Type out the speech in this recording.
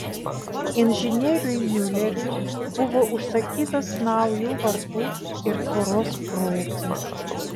inžinieriui miuleriui buvo užsakytas naujų vartų ir tvoros projektas